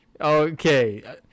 Okay